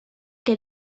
que